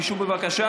תשבו, בבקשה.